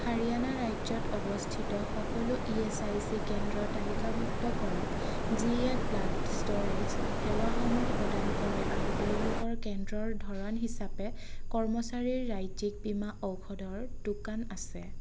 হাৰিয়ানা ৰাজ্যত অৱস্থিত সকলো ই এছ আই চি কেন্দ্ৰ তালিকাভুক্ত কৰক যিয়ে ব্লাড ষ্টোৰেজ সেৱাসমূহ প্ৰদান কৰে আৰু তেওঁলোকৰ কেন্দ্ৰৰ ধৰণ হিচাপে কৰ্মচাৰীৰ ৰাজ্যিক বীমা ঔষধৰ দোকান আছে